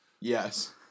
Yes